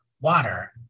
water